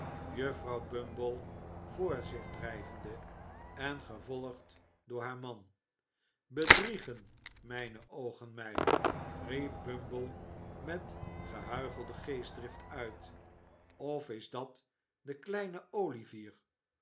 juffrouw bumble voor zich drijvende en gevolgd door haar man bedriegen mijne oogen mij riep bumble met gehuichelde geestdrift uit of is dat de kleine olivier